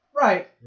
Right